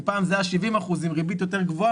אם פעם זה היה 70% עם ריבית יותר גבוהה,